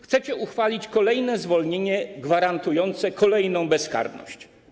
Chcecie uchwalić kolejne zwolnienie gwarantujące kolejną bezkarność.